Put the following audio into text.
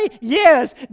Yes